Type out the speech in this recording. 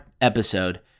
episode